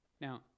Now